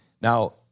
Now